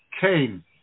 Cain